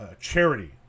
charity